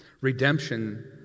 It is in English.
redemption